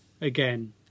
Again